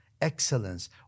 excellence